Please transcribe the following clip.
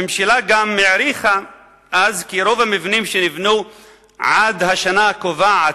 הממשלה גם העריכה אז כי רוב המבנים שנבנו עד השנה הקובעת,